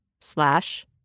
slash